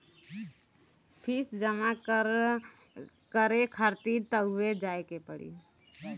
fees जमा करे खातिर तअ उहवे जाए के पड़ी